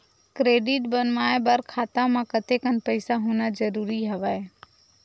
Credit बनवाय बर खाता म कतेकन पईसा होना जरूरी हवय?